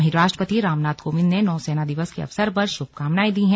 वहीं राष्ट्रपति रामनाथ कोविंद ने नौसेना दिवस के अवसर पर शुभकामनाएं दी हैं